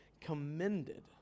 commended